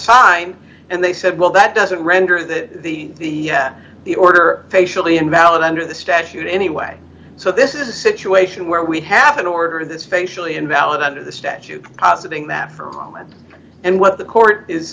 side and they said well that doesn't render that the order facially invalid under the statute anyway so this is a situation where we have an order this facially invalid under the statute positing that for a moment and what the court is